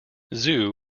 zoo